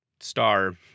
Star